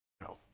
No